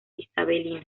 isabelino